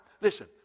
Listen